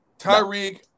Tyreek